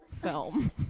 film